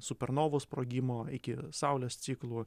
supernovų sprogimo iki saulės ciklų